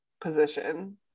position